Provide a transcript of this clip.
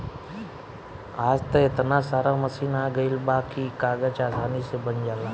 आज त एतना सारा मशीन आ गइल बा की कागज आसानी से बन जाला